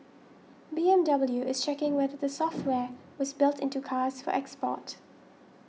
B M W is checking whether the software was built into cars for export